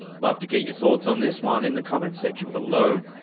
love to get your thoughts on this one in the comment section below.